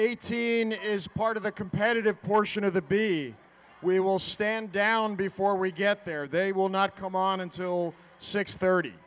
eighteen is part of the competitive portion of the big we will stand down before we get there they will not come on until six thirty